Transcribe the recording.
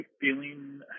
feeling